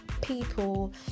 people